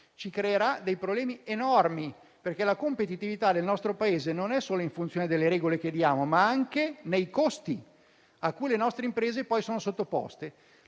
ci creerà dei problemi enormi perché la competitività del nostro Paese non è solo in funzione delle regole che diamo, ma anche dei costi cui le nostre imprese sono sottoposte.